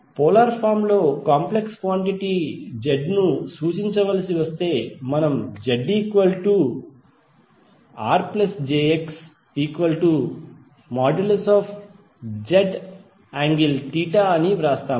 polar form లో complex quantity Z ను సూచించవలసి వస్తే మనం ZRjXZ∠θఅని వ్రాస్తాము